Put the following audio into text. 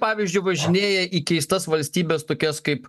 pavyzdžiui važinėja į keistas valstybės tokias kaip